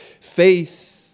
faith